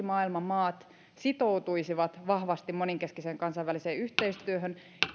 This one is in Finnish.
maailman maat sitoutuisivat vahvasti moninkeskiseen kansainväliseen yhteistyöhön